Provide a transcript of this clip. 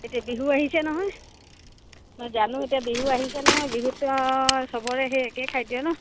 এতিয়া বিহু আহিছে নহয় মই জানো এতিয়া বিহু আহিছে নহয় বিহুতটো আৰু চবৰে সেই একেই খাদ্য় ন